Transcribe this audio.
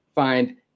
Find